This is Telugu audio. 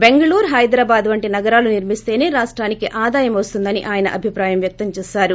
బెంగళూరు హైదరాబాద్ వంటి నగరాలు నిర్మిస్తేనే రాష్టానికి ఆదాయం వస్తుందని ఆయన అభిప్రాయం వ్యక్తం చేశారు